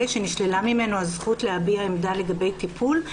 שנשללה ממנו הזכות להביע עמדה לגבי טיפול.